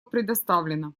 предоставлено